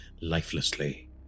lifelessly